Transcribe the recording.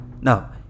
now